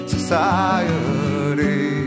Society